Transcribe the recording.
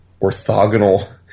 orthogonal